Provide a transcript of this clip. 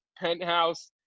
penthouse